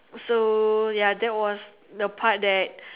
so ya that was the part that